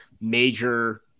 major